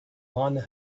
miner